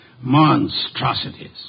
Monstrosities